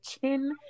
chin